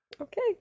Okay